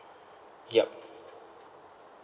yup